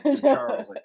Charles